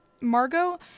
Margot